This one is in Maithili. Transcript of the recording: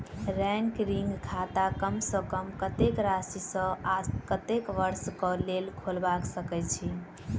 रैकरिंग खाता कम सँ कम कत्तेक राशि सऽ आ कत्तेक वर्ष कऽ लेल खोलबा सकय छी